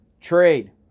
trade